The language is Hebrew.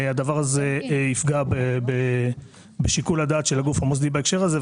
הדבר הזה יפגע בשיקול הדעת של הגוף המוסדי בהקשר הזה,